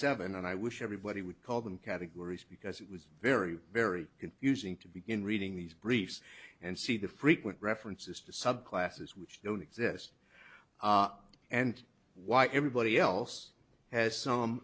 seven and i wish everybody would call them categories because it was very very confusing to begin reading these briefs and see the frequent references to subclasses which don't exist and why everybody else has some